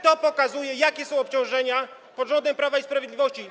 To pokazuje, jakie są obciążenia pod rządami Prawa i Sprawiedliwości.